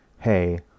hey